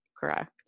correct